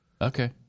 Okay